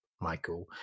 Michael